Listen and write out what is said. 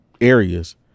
areas